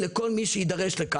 ואחר כך בבוא הזמן יוכלו לחזור.